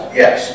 yes